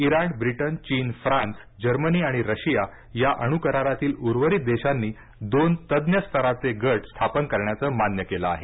Iran Britain चीन France Germany आणि Russia या अणू करारातील उर्वरित देशांनी दोन तज्ञ स्तराये गट स्थापन करण्याचं मान्य केलं आहे